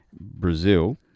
Brazil